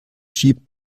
jeep